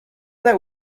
that